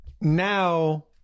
now